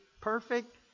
perfect